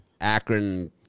Akron